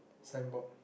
signboard